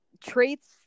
traits